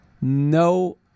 no